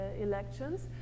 elections